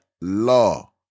law